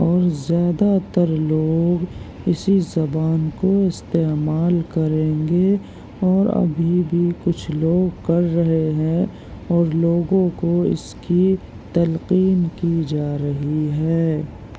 اور زیادہ تر لوگ اسی زبان کو استعمال کریں گے اور ابھی بھی کچھ لوگ کر رہے ہیں اور لوگوں کو اس کی تلقین کی جا رہی ہے